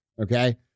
okay